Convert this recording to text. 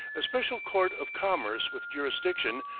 a special court of commerce with jurisdiction,